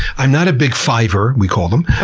i'm not a big fiver, we call them. and